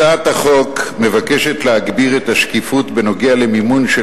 הצעת החוק מבקשת להגביר את השקיפות בנוגע למימון של